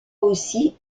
aussi